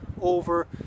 over